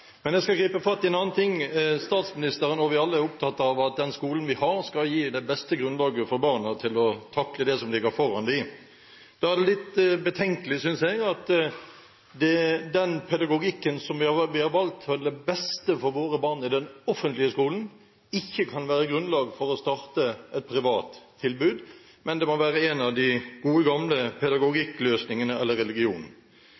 Men jeg skal gripe fatt i en annen ting. Statsministeren og vi alle er opptatt av at den skolen vi har, skal gi det beste grunnlaget for barna til å takle det som ligger foran dem. Da er det litt betenkelig, syns jeg, at den pedagogikken vi har valgt som det beste for våre barn i den offentlige skolen, ikke kan være grunnlag for å starte et privat tilbud, men at det må være en av de gode, gamle